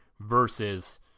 versus